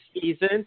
season